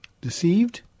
deceived